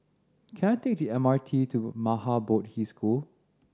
can I take the M R T to Maha Bodhi School